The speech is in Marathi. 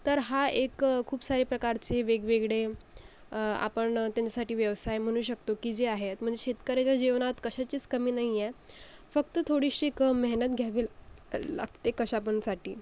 तर हा एक खूप सारे प्रकारचे वेगवेगळे आपण त्यांच्यासाठी व्यवसाय म्हणू शकतो की जे आहे म्हणजे शेतकऱ्याच्या जीवनात कशाचीच कमी नाही आहे फक्त थोडीशी मेहनत घ्यावी लागते कशा पण साठी